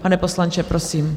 Pane poslanče, prosím.